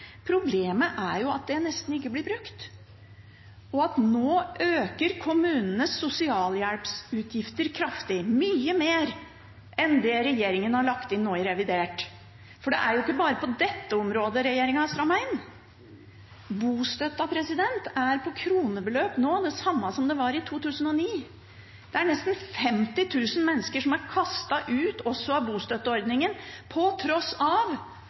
Problemet er at det nesten ikke blir brukt, og nå øker kommunenes sosialhjelpsutgifter kraftig, mye mer enn det regjeringen har lagt inn i revidert. Og det er ikke bare på dette området regjeringen har strammet inn. Bostøtten er i kronebeløp nå det samme som det var i 2009. Det er nesten 50 000 mennesker som er kastet ut av bostøtteordningen, på tross av